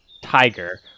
tiger